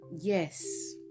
yes